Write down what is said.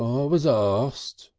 um was arst,